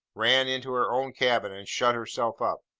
ran into her own cabin, and shut herself up.